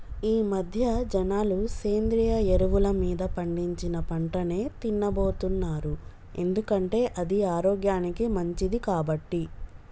ఈమధ్య జనాలు సేంద్రియ ఎరువులు మీద పండించిన పంటనే తిన్నబోతున్నారు ఎందుకంటే అది ఆరోగ్యానికి మంచిది కాబట్టి